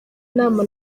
inama